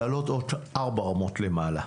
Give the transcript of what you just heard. להעלות עוד ארבע רמות למעלה,